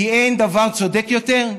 כי אין דבר צודק יותר.